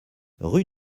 rue